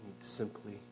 simply